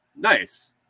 Nice